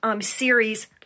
series